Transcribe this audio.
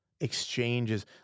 Exchanges